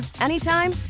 anytime